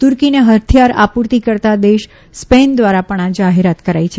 તુર્કીને હૃથિયાર આપૂર્તિ કરતા દેશ સ્પેન દ્વારા પણ આ જાહેરાત કરાઈ છે